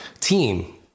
team